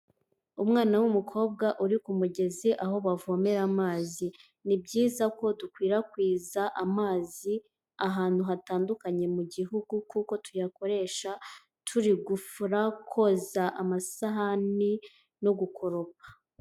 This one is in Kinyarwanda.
Umwana w'umukobwa uri ku mugezi aho bavomera amazi. Ni byiza ko dukwirakwiza amazi ahantu hatandukanye mu gihugu kuko tuyakoresha turi gufura, koza amasahani no gukoropa.